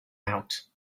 out